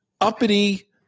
uppity